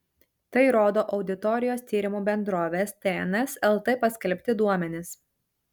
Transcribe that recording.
tai rodo auditorijos tyrimų bendrovės tns lt paskelbti duomenys